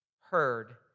heard